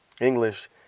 English